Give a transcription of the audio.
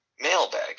mailbag